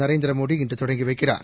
நரேந்திரமோடி இன்று தொடங்கி வைக்கிறார்